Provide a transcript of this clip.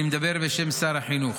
אני מדבר בשם שר החינוך.